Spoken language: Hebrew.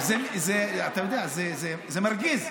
אתה יודע, זה מרגיז.